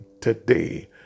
today